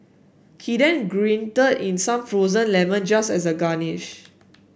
he then grated in some frozen lemon just as a garnish